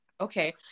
Okay